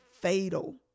fatal